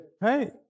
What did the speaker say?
Hey